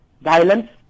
violence